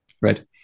Right